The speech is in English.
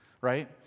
right